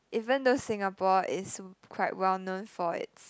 even though Singapore is quite well known for it's